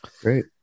Great